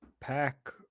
Pack